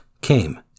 came